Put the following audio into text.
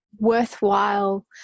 worthwhile